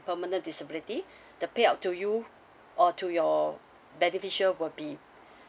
permanent disabilities the payout to you or to your beneficial will be